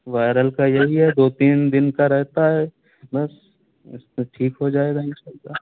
viral کا یہی ہے دو تین کا رہتا ہے بس اس کے بعد ٹھیک ہو جائے گا ان شاء اللہ